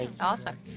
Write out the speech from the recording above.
Awesome